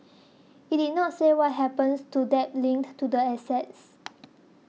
it did not say what happens to debt linked to the assets